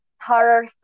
horror